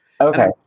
Okay